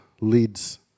leads